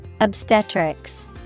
Obstetrics